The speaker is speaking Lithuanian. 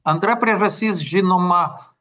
antra priežastis žinoma